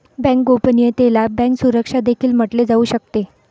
bank गोपनीयतेला bank सुरक्षा देखील म्हटले जाऊ शकते